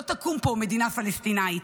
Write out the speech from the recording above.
לא תקום פה מדינה פלסטינית.